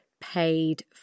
paid